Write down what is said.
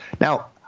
Now